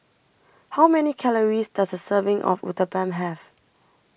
How Many Calories Does A Serving of Uthapam Have